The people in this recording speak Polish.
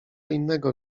innego